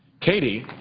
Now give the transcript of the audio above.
katie